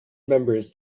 members